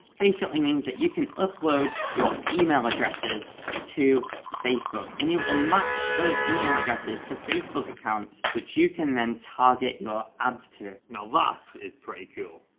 basically means that you can upload your email addresses to facebook and it'll match those email addresses to facebook accounts which you can then target your ads to. now that is pretty cool.